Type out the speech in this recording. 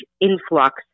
influx